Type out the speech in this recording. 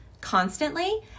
constantly